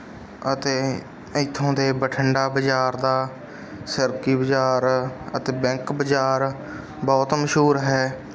ਅਤੇ ਇੱਥੋਂ ਦੇ ਬਠਿੰਡਾ ਬਜ਼ਾਰ ਦਾ ਸਰਕੀ ਬਜ਼ਾਰ ਅਤੇ ਬੈਂਕ ਬਜ਼ਾਰ ਬਹੁਤ ਮਸ਼ਹੂਰ ਹੈ